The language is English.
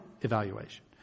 evaluation